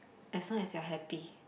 as long as you are happy